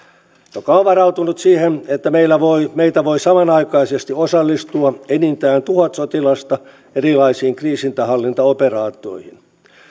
joka on varautunut siihen että meiltä voi samanaikaisesti osallistua enintään tuhat sotilasta erilaisiin kriisinhallintaoperaatioihin